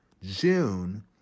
June